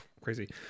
crazy